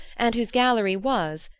and whose gallery was,